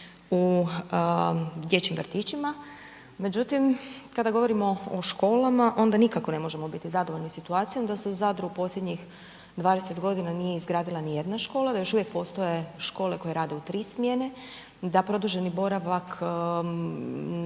u dječjim vrtićima. Međutim, kada govorimo o školama, onda nikako ne možemo biti zadovoljni situacijom da se u Zadru posljednjih 20 godina nije izgradila ni jedna škola, da još uvijek postoje škole koje rade u 3 smjene, da produženi boravak